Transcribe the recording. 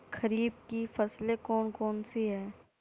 खरीफ की फसलें कौन कौन सी हैं?